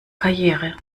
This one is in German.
karriere